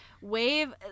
Wave